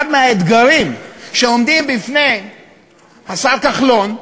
אחד האתגרים שעומדים בפני השר כחלון,